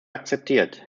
akzeptiert